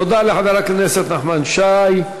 תודה לחבר הכנסת נחמן שי.